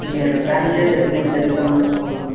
நீங்கள் ஃபேன்ஸியாக தச்சு மட் தச்சு தந்தால் மட்டும் போதும்ண்ணா